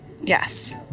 yes